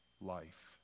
life